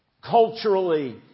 culturally